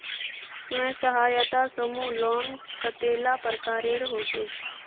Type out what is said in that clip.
स्वयं सहायता समूह लोन कतेला प्रकारेर होचे?